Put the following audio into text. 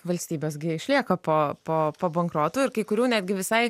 valstybės gi išlieka po po po bankrotų ir kai kurių netgi visai